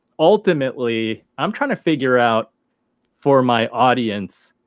ultimately, i'm trying to figure out for my audience.